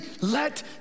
let